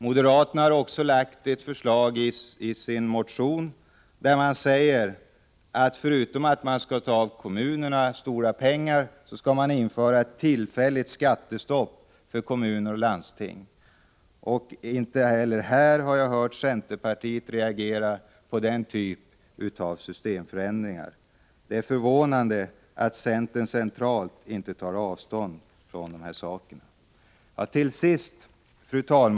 Moderaterna har i en motion lagt fram ett förslag om att kommunerna skall fråntas stora summor pengar samt att det skall införas ett tillfälligt skattestopp för kommuner och landsting. Inte heller när det gäller denna typ av stora förändringar har jag hört att centerpartiet reagerar. Det är förvånande att centerpartiet centralt inte tar avstånd från sådana här förslag.